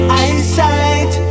eyesight